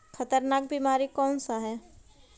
खतरनाक बीमारी कौन सा है?